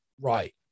right